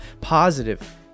positive